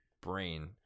brain